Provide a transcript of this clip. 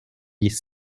dix